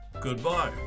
Goodbye